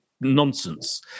nonsense